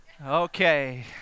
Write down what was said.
Okay